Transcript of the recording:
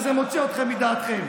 וזה מוציא אתכם מדעתכם.